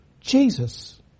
Jesus